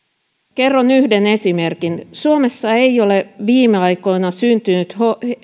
kerron yhden esimerkin suomessa ei ole viime aikoina syntynyt